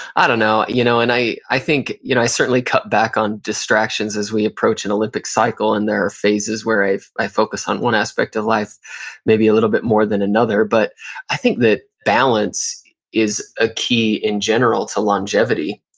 i don't know, you know, and i i think you know i certainly cut back on distractions as we approach an olympic cycle and there are phases where i i focus on one aspect of life maybe a little bit more than another, but i think that balance is a key in general to longevity.